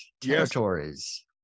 Territories